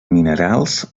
minerals